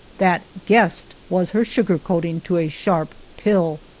that guest was her sugar-coating to a sharp pill.